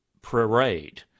parade